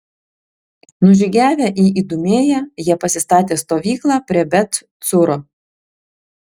nužygiavę į idumėją jie pasistatė stovyklą prie bet cūro